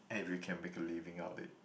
and if you can make a living out of it